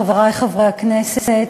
חברי חברי הכנסת,